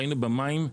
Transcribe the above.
ראינו במים,